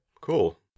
cool